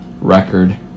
record